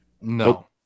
No